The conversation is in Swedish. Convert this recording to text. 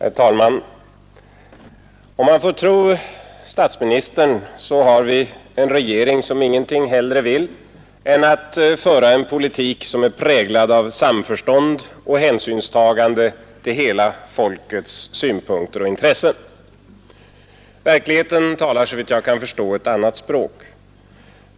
Herr talman! Om man får tro statsministern har vi en regering som ingenting hellre vill än att föra en politik som är präglad av samförstånd och hänsynstagande till hela folkets synpunkter och intressen. Verkligheten talar emellertid, såvitt jag kan förstå, ett helt annat språk.